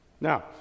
Now